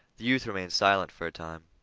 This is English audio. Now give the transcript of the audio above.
the youth remained silent for a time.